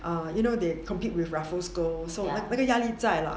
err you know they compete with raffles girls so maybe 压力在啦